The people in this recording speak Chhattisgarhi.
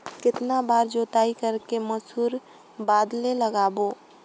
कितन बार जोताई कर के मसूर बदले लगाबो?